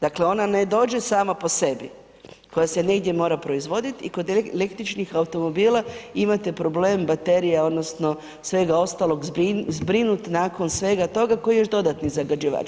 Dakle ona ne dođe sama po sebi, koja se negdje mora proizvoditi i kod električnih automobila imate problem baterija odnosno svega ostalog, zbrinuti nakon svega toga koji je još dodatni zagađivač.